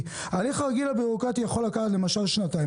ההליך הרגיל הבירוקרטי יכול למשל לקחת שנתיים.